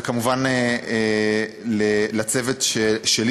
וכמובן לצוות שלי,